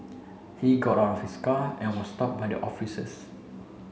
he got out of his car and was stopped by the officers